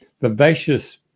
vivacious